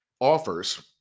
offers